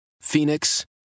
Phoenix